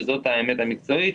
וזאת האמת המקצועית,